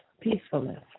peacefulness